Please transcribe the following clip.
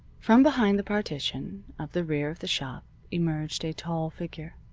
from behind the partition of the rear of the shop emerged a tall figure.